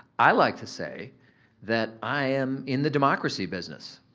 i like to say that i am in the democracy business.